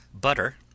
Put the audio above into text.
butter